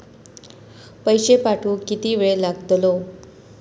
पैशे पाठवुक किती वेळ लागतलो?